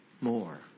more